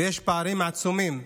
ויש פערים עצומים.